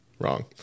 Wrong